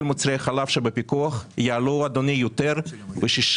כל מוצרי החלב שבפיקוח יעלו ב-16%.